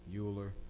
Euler